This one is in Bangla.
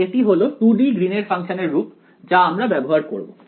তাই এটি হলো 2D গ্রিনের ফাংশনের রূপ যা আমরা ব্যবহার করব